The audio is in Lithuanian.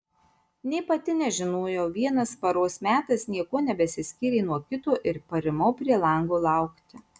nė pati nežinojau vienas paros metas niekuo nebesiskyrė nuo kito ir parimau prie lango laukti